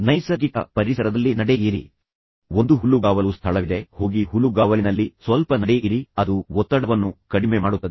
ನೈಸರ್ಗಿಕ ಪರಿಸರದಲ್ಲಿ ನಡೆಯಿರಿ ಒಂದು ಹುಲ್ಲುಗಾವಲು ಸ್ಥಳವಿದೆ ಹೋಗಿ ಹುಲ್ಲುಗಾವಲಿನಲ್ಲಿ ಸ್ವಲ್ಪ ನಡೆಯಿರಿ ಅದು ಒತ್ತಡವನ್ನು ಕಡಿಮೆ ಮಾಡುತ್ತದೆ